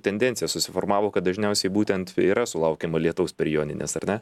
tendencija susiformavo kad dažniausiai būtent yra sulaukiama lietaus per jonines ar ne